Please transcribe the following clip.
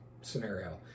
scenario